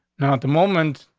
now, at the moment,